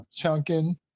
Chunkin